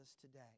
today